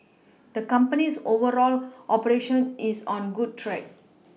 the company's overall operation is on good track